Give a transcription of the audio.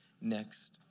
next